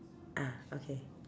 ah okay